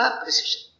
precision